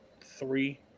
three